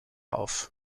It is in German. auf